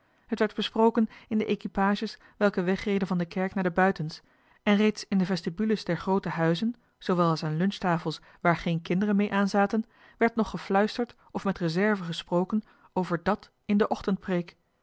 het werd besproken in de equipages welke wegreden van de kerk naar de buitens en reeds in de vestibules der groote huizen zoowel als aan lunchtafels waar geene kinderen mee aanzaten werd nog gefluisterd of met reserve gesproken over dat in de